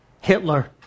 Hitler